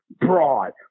broad